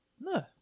No